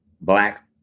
black